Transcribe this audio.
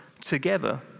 together